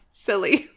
silly